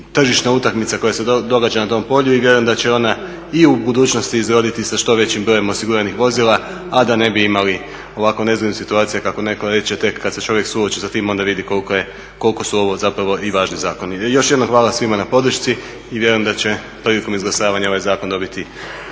tržišna utakmica koja se događa na tom polju. Vjerujem da će ona i u budućnosti izroditi sa što većim brojem osiguranih vozila, a da ne bi imali ovako nezgodnih situacija kako netko reče tek kad se čovjek suoči sa tim onda vidi koliko su ovo zapravo i važni zakoni. Još jednom hvala svima na podršci i vjerujem da će prilikom izglasavanja ovaj zakon dobiti